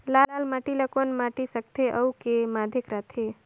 लाल माटी ला कौन माटी सकथे अउ के माधेक राथे?